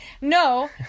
No